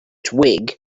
twig